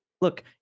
Look